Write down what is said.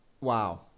wow